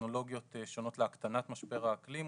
טכנולוגיות שונות להקטנת משבר האקלים,